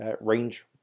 range